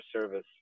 service